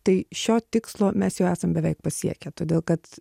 tai šio tikslo mes jau esam beveik pasiekę todėl kad